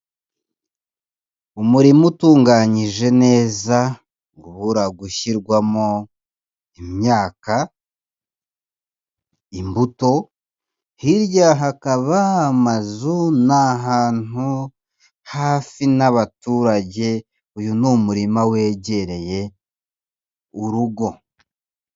Umurima utunganyije neza ubura gushyirwamo imyaka, imbuto, hirya hakaba amazu ni ahantu hafi n'abaturage, uyu ni umurima wegereye urugo.